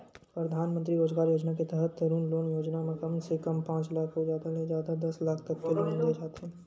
परधानमंतरी रोजगार योजना के तहत तरून लोन योजना म कम से कम पांच लाख अउ जादा ले जादा दस लाख तक के लोन दे जाथे